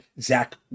Zach